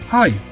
Hi